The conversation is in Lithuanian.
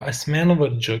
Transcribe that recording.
asmenvardžio